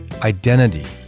identity